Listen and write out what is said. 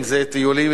אם טיולים,